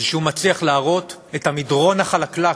שהוא מצליח להראות את המדרון החלקלק,